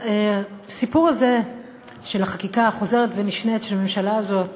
הסיפור הזה של החקיקה החוזרת ונשנית של הממשלה הזאת